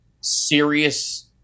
serious